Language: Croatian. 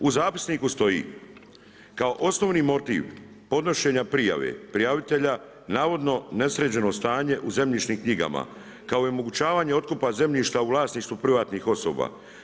U zapisniku stoji, kao osnovni motiv podnošenja prijave prijavitelja navodno nesređeno stanje u zemljišnim knjigama kao i omogućavanje zemljišta u vlasništvu privatnih osoba.